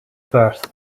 birth